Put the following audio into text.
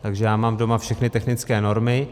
Takže já mám doma všechny technické normy.